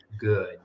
good